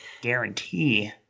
guarantee